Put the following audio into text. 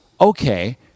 okay